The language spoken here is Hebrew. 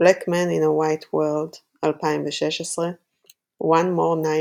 Black Man in a White World - 2016 One More Night